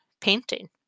painting